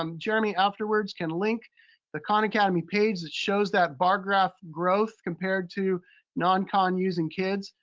um jeremy, afterwards can link the khan academy page that shows that bar graph growth compared to non-khan using kids.